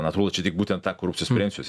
natūralu čia tik būtent tą korupcijos prevencijos